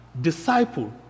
disciple